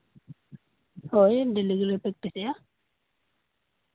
ᱦᱳᱭ ᱰᱮᱞᱤ ᱜᱮᱞᱮ ᱯᱨᱮᱠᱴᱤᱥᱮᱜᱼᱟ